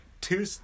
two